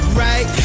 right